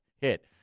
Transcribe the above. hit